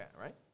right